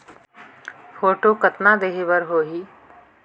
Photo कतना देहें बर होहि?